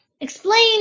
Explain